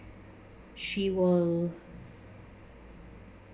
she will